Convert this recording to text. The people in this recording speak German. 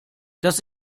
dass